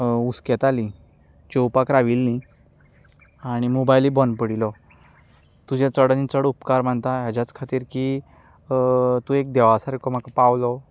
हुस्केतालीं जेवपाक राविल्लीं आनी मोबायलय बंद पडिल्लो तुजे चड आनी चड उपकार मानता हाचेच खातीर की तूं एक देवा सारको म्हाका पावलो